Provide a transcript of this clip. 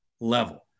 level